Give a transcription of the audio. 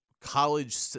college